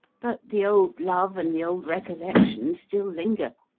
but the old love and the old recollection still linger,